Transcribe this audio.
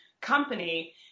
company